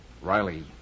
Riley